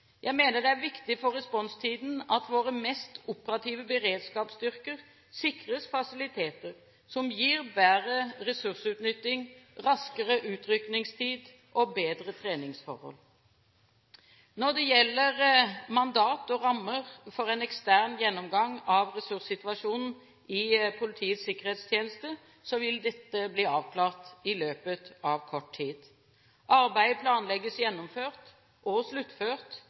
Jeg mener det er viktig for responstiden at våre mest operative beredskapsstyrker sikres fasiliteter som gir bedre ressursutnytting, raskere utrykningstid og bedre treningsforhold. Når det gjelder mandat og rammer for en ekstern gjennomgang av ressurssituasjonen i Politiets sikkerhetstjeneste, vil dette bli avklart i løpet av kort tid. Arbeidet planlegges gjennomført og sluttført